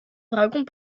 dragons